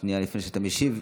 שנייה, לפני שאתה משיב,